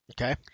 Okay